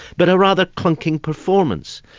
but a rather clunking performance,